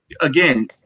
again